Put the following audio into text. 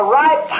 right